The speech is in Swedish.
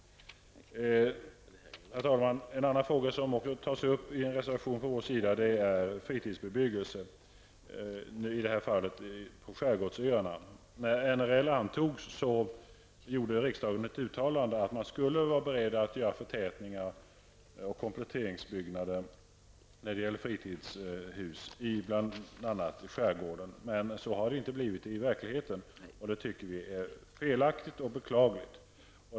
Herr talman! En annan punkt som också tas upp i en reservation från vår sida är frågan om fritidsbebyggelse. I det här fallet gäller det på skärgårdsöarna. När NRL antogs gjorde riksdagen ett uttalande om att man skulle vara beredd att göra förtätningar och kompletteringsbyggnader när det gäller fritidshus i bl.a. skärgården. Men så har det inte blivit i verkligheten. Det tycker vi är felaktigt och beklagligt.